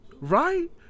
right